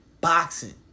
boxing